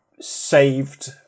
saved